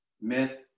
myth